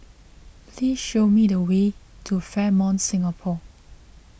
please show me the way to Fairmont Singapore